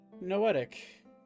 Noetic